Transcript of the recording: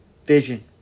Vision